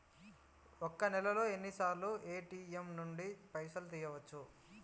ఒక్క నెలలో ఎన్నిసార్లు ఏ.టి.ఎమ్ నుండి పైసలు తీయచ్చు?